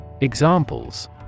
Examples